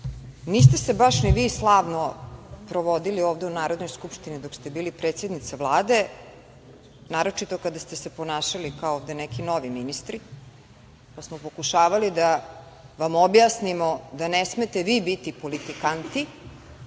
se baš ni vi slavno provodili ovde u Narodnoj skupštini dok ste bili predsednica Vlade, naročito kada ste se ponašali kao ovde neki novi ministri, pa smo pokušavali da vam objasnimo da ne smete vi biti politikanti,